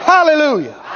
Hallelujah